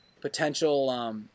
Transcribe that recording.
potential